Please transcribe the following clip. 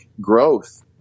growth